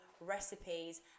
recipes